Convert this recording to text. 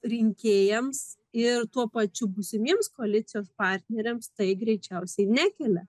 rinkėjams ir tuo pačiu būsimiems koalicijos partneriams tai greičiausiai nekelia